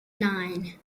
nine